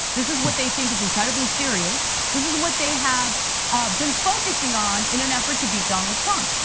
this is what they think is incredibly serious, this is what they have been focusing on in an effort to beat donald trump.